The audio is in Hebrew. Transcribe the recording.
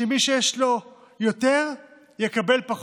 שמי שיש לו יותר יקבל פחות.